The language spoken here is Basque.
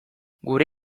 gure